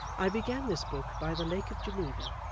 i began this book by the lake of geneva,